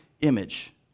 image